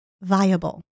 viable